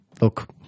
look